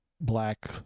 black